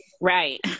Right